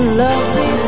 lovely